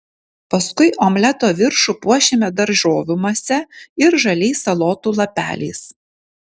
paskui omleto viršų puošiame daržovių mase ir žaliais salotų lapeliais